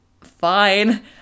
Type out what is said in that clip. fine